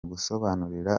gusobanurira